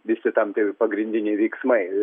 visti tam ti pagrindiniai veiksmai